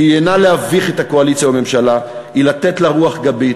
מטרת החוק אינה להביך את הקואליציה והממשלה אלא לתת לה רוח גבית.